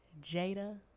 Jada